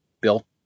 Bill